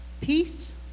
peace